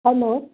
hello